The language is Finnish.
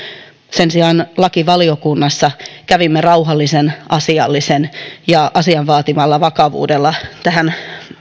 sen sijaan lakivaliokunnassa kävimme rauhallisesti asiallisesti ja ja asian vaatimalla vakavuudella tähän